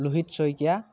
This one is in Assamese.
লোহিত শইকীয়া